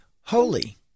holy